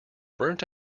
burnt